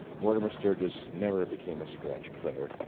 mortimer sturgis never became a scratch player,